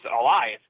alive